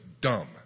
dumb